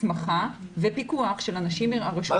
הסמכה ופיקוח של אנשים מן הרשויות המקומיות.